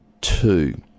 two